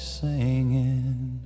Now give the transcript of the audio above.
singing